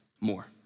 more